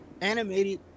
animated